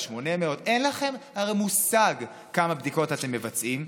על 800. אין לכם מושג כמה בדיקות אתם מבצעים,